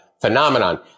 phenomenon